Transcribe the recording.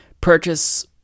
purchase